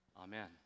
Amen